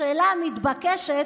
השאלה המתבקשת,